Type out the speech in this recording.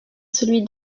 celui